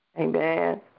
Amen